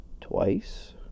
twice